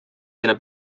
sinna